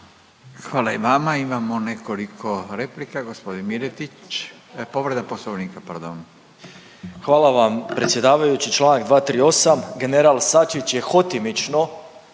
Hvala i vama. Imamo nekoliko replika, gospodin Miletić. Povreda Poslovnika, pardon. **Miletić, Marin (MOST)** Hvala vam predsjedavajući. Članak 238. general Sačić je hotimično